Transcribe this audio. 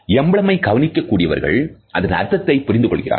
எம்பிளமை கவனிக்க கூடியவர்கள் அதன் அர்த்தத்தைப் புரிந்து கொள்கிறார்கள்